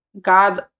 God's